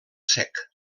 sec